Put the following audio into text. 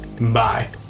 bye